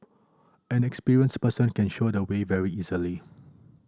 an experienced person can show the way very easily